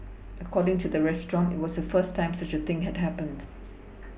according to the restaurant it was the first time such a thing had happened